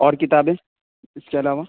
اور کتابیں اس سے علاوہ